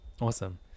Awesome